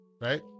right